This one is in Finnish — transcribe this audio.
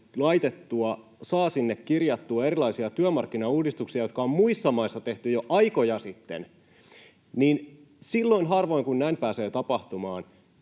sinne kirjattua erilaisia työmarkkinauudistuksia, jotka on muissa maissa tehty jo aikoja sitten — silloin harvoin, kun näin pääsee tapahtumaan